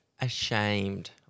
Ashamed